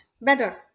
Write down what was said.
better